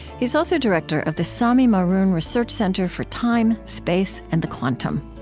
he is also director of the samy maroun research center for time, space, and the quantum.